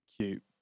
cute